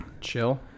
chill